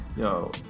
yo